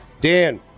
Dan